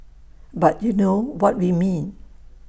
but you know what we mean